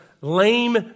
lame